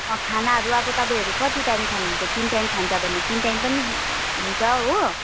अँ खानाहरू अब तपाईँहरू कति टाइम खानुहुन्छ तिन टाइम खान्छ भने तिन टाइम पनि हुन्छ हो